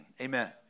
Amen